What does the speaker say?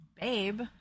Babe